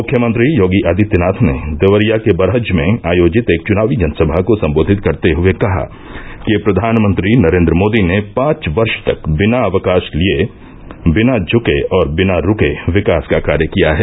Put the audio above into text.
मुख्यमंत्री योगी आदित्यनाथ ने देवरिया के बरहज में आयोजित एक चुनावी जनसभा को सम्बोधित करते हुये कहा कि प्रधानमंत्री नरेन्द्र मोदी ने पांच वर्श तक बिना अवकाष लिये बिना झुके और बिना रूके विकास का कार्य किया है